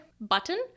button